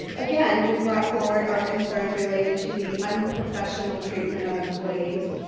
again we brought forward our concerns related to the unprofessional treatment of employees.